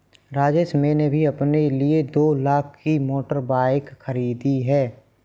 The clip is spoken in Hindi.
राजेश मैंने भी अपने लिए दो लाख की मोटर बाइक खरीदी है